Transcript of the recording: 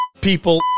people